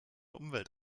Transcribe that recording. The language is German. umwelt